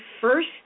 first